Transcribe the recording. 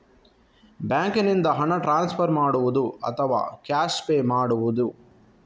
ಬ್ಯಾಂಕಿನಿಂದ ಹಣ ಟ್ರಾನ್ಸ್ಫರ್ ಮಾಡುವುದ ಅಥವಾ ಕ್ಯಾಶ್ ಪೇ ಮಾಡುವುದು?